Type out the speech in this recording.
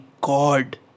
God